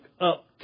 up